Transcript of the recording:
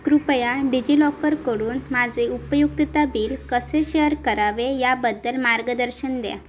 कृपया डिजिलॉकरकडून माझे उपयुक्तता बिल कसे शेअर करावे याबद्दल मार्गदर्शन द्या